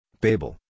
Babel